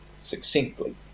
succinctly